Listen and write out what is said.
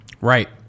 Right